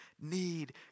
need